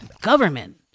government